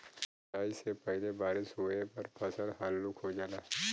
कटाई से पहिले बारिस होये पर फसल हल्लुक हो जाला